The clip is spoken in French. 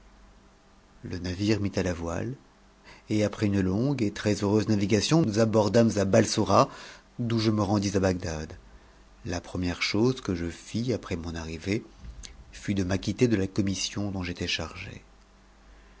pierreries fre mit à la voile et après une longue et très-heureuse navii bordâmes à batsora d'où je me rendis à bagdad la pre j n m ëre chose que je iis après mon arrivée fut de m'acquitter de la co sion dont j'étais chargé